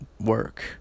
work